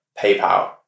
PayPal